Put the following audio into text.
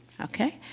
Okay